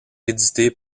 édité